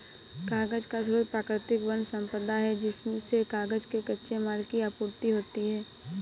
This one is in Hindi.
कागज का स्रोत प्राकृतिक वन सम्पदा है जिससे कागज के कच्चे माल की आपूर्ति होती है